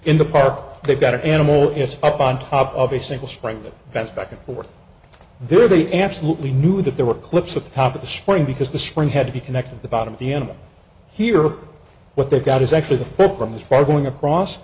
in the park they've got an animal it's up on top of a single spotlight that's back and forth there they absolutely knew that there were clips at the top of the spring because this one had to be connected to the bottom of the animal here what they've got is actually the foot from this bar going across